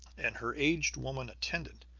and her aged woman attendant,